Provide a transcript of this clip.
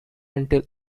until